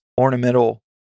ornamental